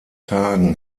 tagen